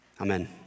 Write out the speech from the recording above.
amen